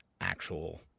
actual